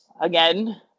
again